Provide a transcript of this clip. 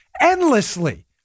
endlessly